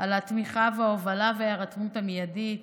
על התמיכה וההובלה וההירתמות המיידית